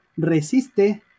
resiste